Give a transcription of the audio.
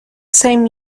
same